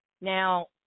Now